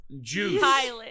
Juice